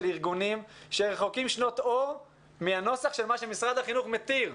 ארגונים שרחוקים שנות אור מהנוסח של מה שמשרד החינוך מתיר.